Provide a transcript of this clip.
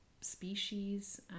species